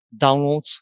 downloads